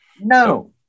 No